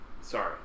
sorry